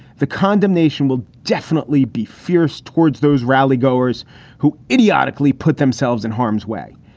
the condemnation will definitely be fierce towards those rally goers who idiotically put themselves in harm's way.